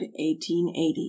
1880